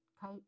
coach